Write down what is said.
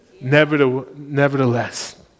Nevertheless